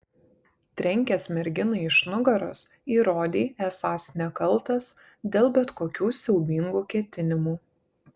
trenkęs merginai iš nugaros įrodei esąs nekaltas dėl bet kokių siaubingų ketinimų